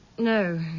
No